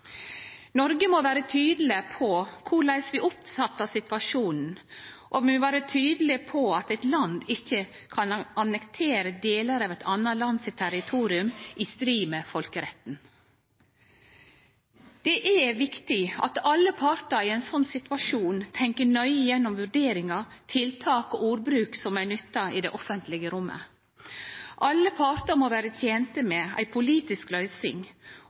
Noreg må vere tydelege på korleis vi oppfattar situasjonen, og vi må vere tydelege på at eit land ikkje kan annektere delar av eit anna land sitt territorium i strid med folkeretten. Det er viktig at alle partar i ein slik situasjon tenkjer nøye gjennom vurderingar, tiltak og ordbruk som er nytta i det offentlege rommet. Alle partar må vere tente med ei politisk løysing,